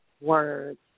Words